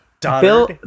Bill